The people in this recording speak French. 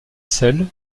selles